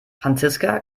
franziska